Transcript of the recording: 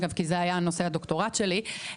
כי זה היה נושא הדוקטורנט שלי,